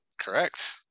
Correct